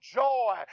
joy